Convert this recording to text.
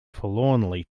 forlornly